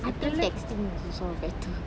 I think texting this all better